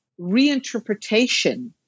reinterpretation